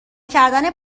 کردن